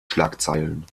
schlagzeilen